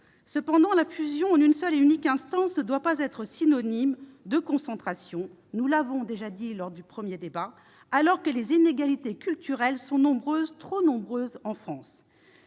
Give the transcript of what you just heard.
Cependant, la fusion en une seule et unique instance ne doit pas être synonyme de concentration- nous l'avons dit en première lecture -, alors que les inégalités culturelles sont nombreuses, trop nombreuses, en France.